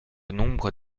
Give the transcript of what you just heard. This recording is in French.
nombre